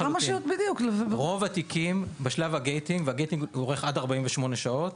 רוב התיקים בשלב הגייטינג שאורך עד 48 שעות